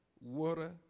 water